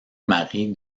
mari